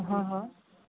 હં હં